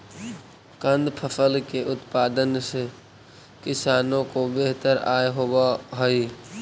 कंद फसल के उत्पादन से किसानों को बेहतर आय होवअ हई